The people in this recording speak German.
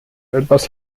etwas